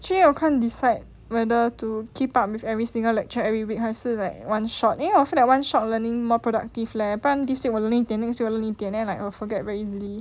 you can't decide whether to keep up with every single lecture every week 还是 like one shot 因为我 feel like one shot learning more productive leh 不然 this week 我 learn 一点 next week 我 learn 一点 then like will forget very easily